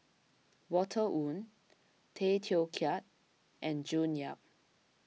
Walter Woon Tay Teow Kiat and June Yap